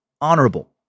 honorable